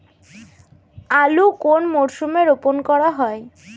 আলু কোন মরশুমে রোপণ করা হয়?